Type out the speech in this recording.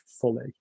fully